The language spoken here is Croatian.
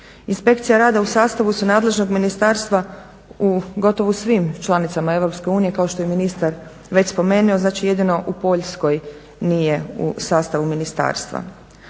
Inspekcije rada u sastavu su nadležnog ministarstva u gotovo svim članicama Europske unije, kao što je ministar već spomenuo, znači jedino u Poljskoj nije u sastavu Ministarstva.